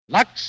Lux